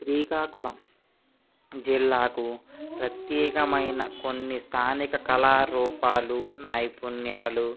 శ్రీకాకుళం జిల్లాకు ప్రత్యేకమైన కొన్ని స్థానిక కళారూపాలు నైపుణ్యాలు